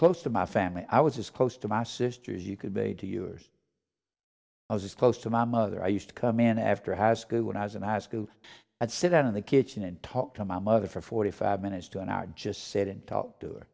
close to my family i was as close to my sisters you could be two years i was close to my mother i used to come in after high school when i was in high school and sit in the kitchen and talk to my mother for forty five minutes to an hour just sit and talk to her